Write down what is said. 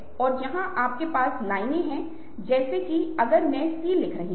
तो यह एक व्यक्ति द्वारा खुद को आग लगाने से शुरू होता है